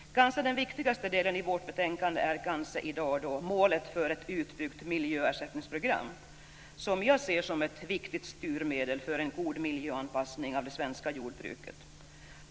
Den kanske viktigaste delen i dagens betänkande är målen för ett utbyggt miljöersättningsprogram, något som jag ser som ett viktigt styrmedel för en god miljöanpassning av det svenska jordbruket.